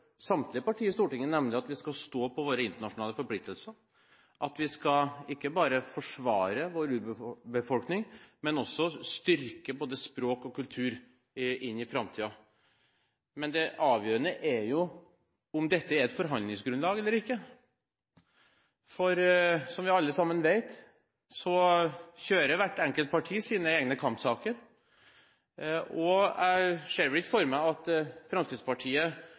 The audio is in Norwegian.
samtlige partier i Stortinget, nemlig at vi skal stå på våre internasjonale forpliktelser, at vi ikke bare skal forsvare vår urbefolkning, men også styrke både språk og kultur i framtiden, men det avgjørende er jo om dette er et forhandlingsgrunnlag eller ikke. Som vi alle vet, kjører hvert enkelt parti sine egne kampsaker. Jeg ser ikke for meg at Fremskrittspartiet